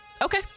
Okay